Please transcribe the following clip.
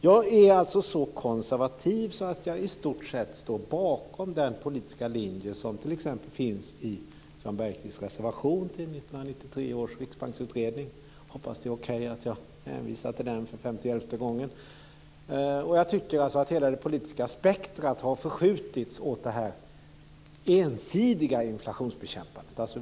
Jag är alltså så konservativ att jag i stort sett står bakom den politiska linje som t.ex. finns i Jan Bergqvists reservation till 1993 års riksbanksutredning - jag hoppas att det är okej att jag för femtioelfte gången hänvisar till den. Hela det politiska spektret har, tycker jag, förskjutits åt det ensidiga inflationsbekämpandet.